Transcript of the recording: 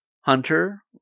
Hunter